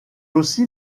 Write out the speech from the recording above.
aussi